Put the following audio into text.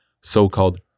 so-called